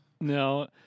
No